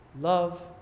love